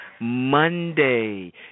monday